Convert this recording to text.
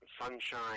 sunshine